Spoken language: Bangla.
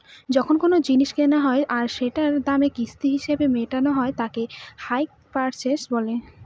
যখন কোনো জিনিস কেনা হয় আর সেটার দাম কিস্তি হিসেবে মেটানো হয় তাকে হাই পারচেস বলে